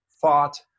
thought